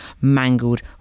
mangled